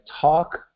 talk